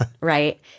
right